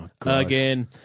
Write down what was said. again